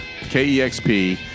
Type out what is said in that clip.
KEXP